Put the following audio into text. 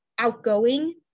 outgoing